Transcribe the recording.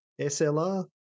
slr